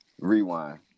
rewind